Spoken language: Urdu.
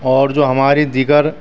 اور جو ہماری دیگر